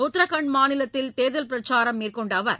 உத்தராகண்ட் மாநிலத்தில் தேர்தல் பிரச்சாரம் மேற்கொண்ட அவர்